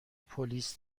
پلیس